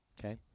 Okay